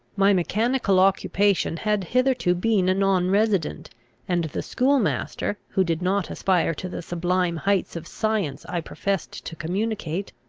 my mechanical occupation had hitherto been a non-resident and the schoolmaster, who did not aspire to the sublime heights of science i professed to communicate,